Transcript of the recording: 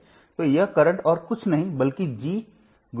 तो यह करंट और कुछ नहीं बल्कि g × G है